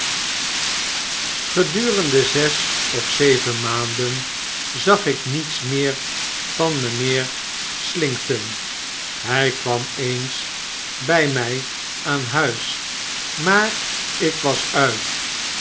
zes of zeven maanden zag ik niets meer van mynheer slinkton hy kwam eens bij my aan huis maar ik was uit